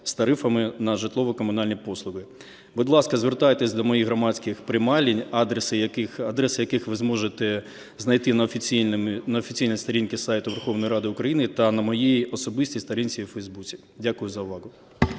з тарифами на житлово-комунальні послуги. Будь ласка, звертайтесь до моїх громадських приймалень, адреси яких ви зможете знайти на офіційній сторінці сайту Верховної Ради України та на моїй особистій сторінці у Фейсбуці. Дякую за увагу.